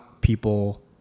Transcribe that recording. people